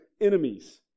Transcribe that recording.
enemies